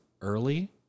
early